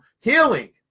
healing